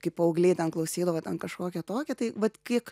kai paaugliai ten klausydavo ten kažkokią tokią tai vat kiek